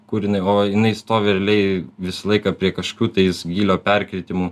kur jinai o jinai stovi realiai visą laiką prie kažkokių tai gylio perkeitimų